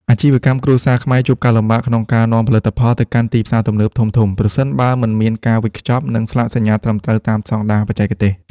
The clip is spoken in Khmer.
អាជីវកម្មគ្រួសារខ្មែរជួបការលំបាកក្នុងការនាំផលិតផលទៅកាន់ផ្សារទំនើបធំៗ ប្រសិនបើមិនមានការវេចខ្ចប់ និងស្លាកសញ្ញាត្រឹមត្រូវតាមស្ដង់ដារបច្ចេកទេស។